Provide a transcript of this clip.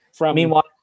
Meanwhile